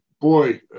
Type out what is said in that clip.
Boy